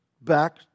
back